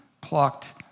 plucked